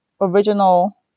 original